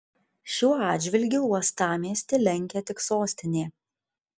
šiuo atžvilgiu uostamiestį lenkia tik sostinė